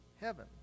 heaven